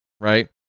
right